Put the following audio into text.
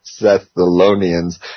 Thessalonians